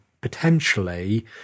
potentially